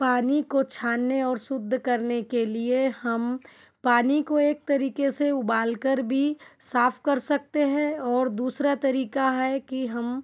पानी को छानने और शुद्ध करने के लिए हम पानी को एक तरीके से उबालकर भी साफ कर सकते है और दूसरा तरीका है कि हम